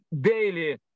daily